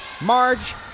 Marge